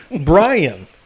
Brian